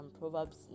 Proverbs